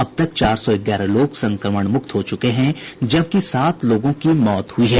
अब तक चार सौ ग्यारह लोग संक्रमण मुक्त हो चुके हैं जबकि सात लोगों की मौत हुई है